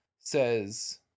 says